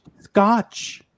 Scotch